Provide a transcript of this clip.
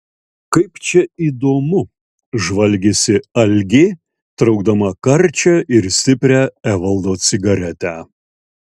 kaip čia įdomu žvalgėsi algė traukdama karčią ir stiprią evaldo cigaretę